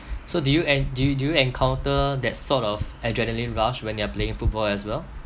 so did you en do you do you encounter that sort of adrenaline rush when you are playing football as well